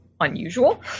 unusual